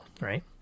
right